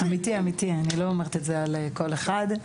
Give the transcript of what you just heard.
אני לא אומרת את זה על כל אחד,